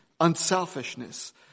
unselfishness